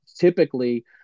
typically